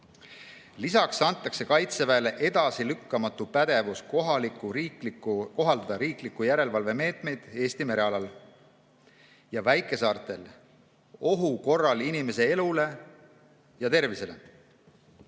Lisaks antakse Kaitseväele edasilükkamatu pädevus kohaldada riiklikke järelevalvemeetmeid Eesti merealal ja väikesaartel ohu korral inimese elule ja tervisele.